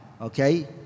Okay